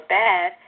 bad